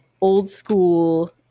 old-school